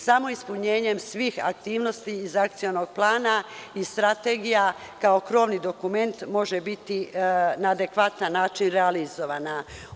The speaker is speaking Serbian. Samo ispunjenjem svih aktivnosti iz Akcionog plana i Strategija kao krovni dokument može biti na adekvatan način realizovana.